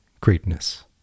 greatness